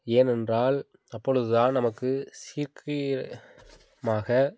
ஏனென்றால் அப்பொழுது தான் நமக்கு சீக்கிர மாக